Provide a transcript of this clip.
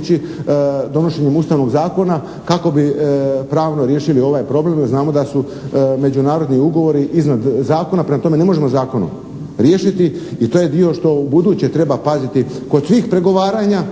ići donošenjem Ustavnog zakona kako bi pravno riješili ovaj problem, jer znamo da su međunarodni ugovori iznad zakona, prema tome ne možemo zakonom riješiti i to je dio što ubuduće treba paziti kod svih pregovaranja,